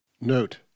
Note